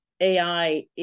AI